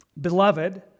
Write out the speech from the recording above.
Beloved